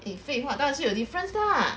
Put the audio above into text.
eh 废话当然是有 difference lah